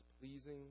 pleasing